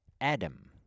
Adam